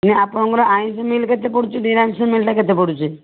ନା ଆପଣଙ୍କର ଆଇଁଷ ମିଲ୍ କେତେ ପଡ଼ୁଛି ନିରାମିଷ ମିଲ୍ଟା କେତେ ପଡ଼ୁଛି